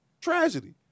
tragedy